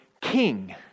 king